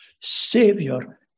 Savior